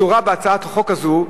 הבשורה בהצעת החוק הזו,